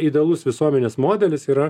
idealus visuomenės modelis yra